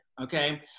Okay